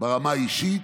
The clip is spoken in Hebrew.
ברמה האישית,